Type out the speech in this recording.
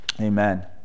Amen